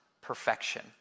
perfection